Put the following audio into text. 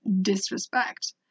disrespect